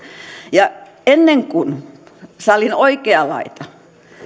ja ennen kuin salin oikea laita